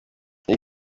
iyi